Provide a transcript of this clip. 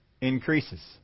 increases